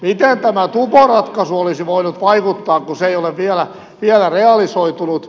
miten tämä tupo ratkaisu olisi voinut vaikuttaa kun se ei ole vielä realisoitunut